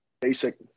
basic